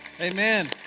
Amen